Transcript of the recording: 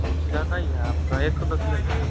कुछ ज़्यादा ही है आपका एक सौ दस ले लेना